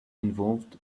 involved